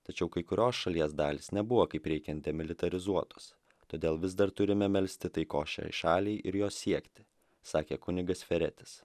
tačiau kai kurios šalies dalys nebuvo kaip reikiant demilitarizuotos todėl vis dar turime melsti taikos šiai šaliai ir jos siekti sakė kunigas feretis